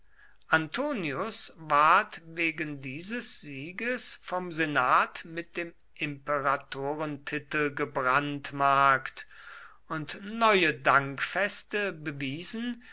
antonius ward wegen dieses sieges vom senat mit dem imperatorentitel gebrandmarkt und neue dankfeste bewiesen